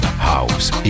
house